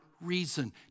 reason